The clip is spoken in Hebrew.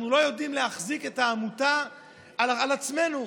אנחנו לא יודעים להחזיק את העמותה על עצמנו.